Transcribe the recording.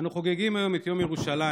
אנו חוגגים היום את יום ירושלים.